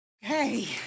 Hey